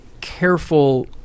careful